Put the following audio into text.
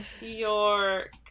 York